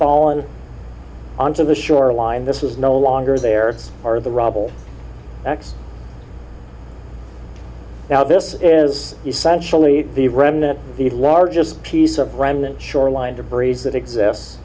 fallen onto the shoreline this was no longer there it's part of the rubble x now this is essentially the remnant the largest piece of remnant shoreline to breeze that exists